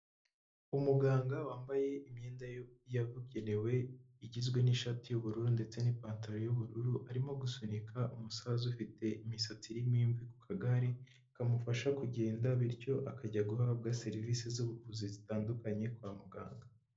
Umuganga wambaye imyenda yabugenewe, igizwe n'ishati y'ubururu ndetse n'ipantaro y'ubururu, arimo gusunika umusaza ufite imisatsi irimo imvi ku kagare kamufasha kugenda, bityo akajya guhabwa serivisi z'ubuvuzi zitandukanye kwa muganga.